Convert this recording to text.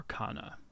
arcana